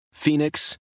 Phoenix